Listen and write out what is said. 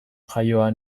jaioa